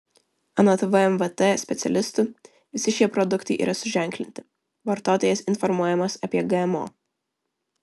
anot vmvt specialistų visi šie produktai yra suženklinti vartotojas informuojamas apie gmo